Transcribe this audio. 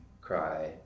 cry